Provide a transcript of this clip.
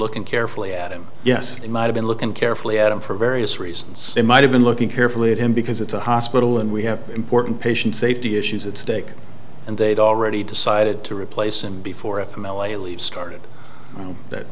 looking carefully at him yes they might have been looking carefully at him for various reasons they might have been looking carefully at him because it's a hospital and we have important patient safety issues at stake and they'd already decided to replace him before it from l a leave started that